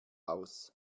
aus